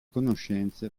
conoscenze